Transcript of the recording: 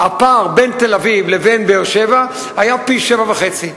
הפער בין תל-אביב לבאר-שבע היה פי-שבעה וחצי,